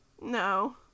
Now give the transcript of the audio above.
No